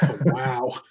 Wow